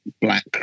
black